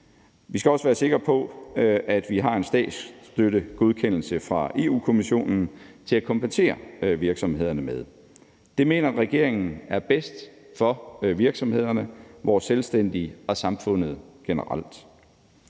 Vi skal også være sikre på, at vi har en statsstøttegodkendelse fra Europa-Kommissionen til at kompensere virksomhederne med. Det mener regeringen er bedst for virksomhederne, vores selvstændige og samfundet generelt.